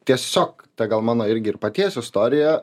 tiesiog ta gal mano irgi ir paties istorija